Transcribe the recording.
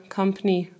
company